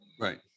Right